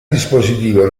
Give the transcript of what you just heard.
dispositivo